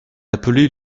appelait